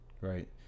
right